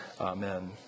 Amen